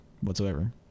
whatsoever